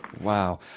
Wow